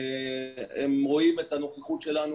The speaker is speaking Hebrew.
הם רואים את הנוכחות שלנו,